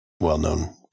Well-known